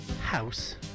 House